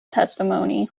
testimony